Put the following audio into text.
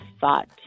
thought